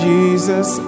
Jesus